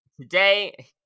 Today